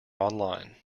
online